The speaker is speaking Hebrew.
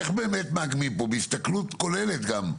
השאלה, איך באמת מאגמים פה בהסתכלות כוללת גם,